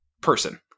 person